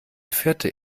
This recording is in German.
vierte